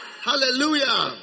Hallelujah